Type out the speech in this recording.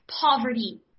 poverty